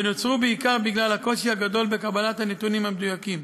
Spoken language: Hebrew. ונוצרו בעיקר בגלל הקושי הגדול בקבלת הנתונים המדויקים.